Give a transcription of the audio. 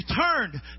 turned